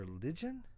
religion